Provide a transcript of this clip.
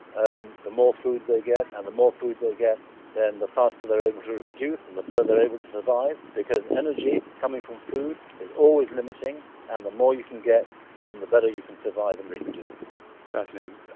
um the more food they get and the more food they get then the faster they are able to reproduce and the better they are able to survive because energy coming from food is always limiting and the more you can get then the better you can survive and reproduce fascinating.